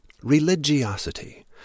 religiosity